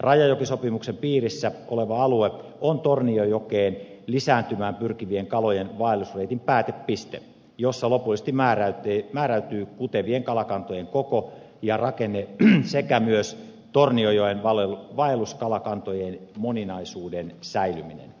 rajajokisopimuksen piirissä oleva alue on tornionjokeen lisääntymään pyrkivien kalojen vaellusreitin päätepiste jossa lopullisesti määräytyy kutevien kalakantojen koko ja rakenne sekä myös tornionjoen vaelluskalakantojen moninaisuuden säilyminen